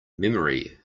memory